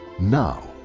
now